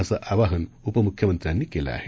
असं आवाहन उपमुख्यमंत्र्यांनी केलं आहे